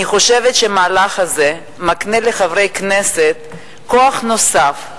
אני חושבת שהמהלך הזה מקנה לחברי הכנסת כוח נוסף,